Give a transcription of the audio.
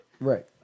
Right